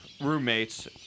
roommates